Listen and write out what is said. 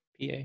PA